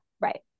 right